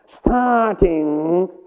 Starting